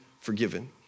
forgiven